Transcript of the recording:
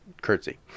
curtsy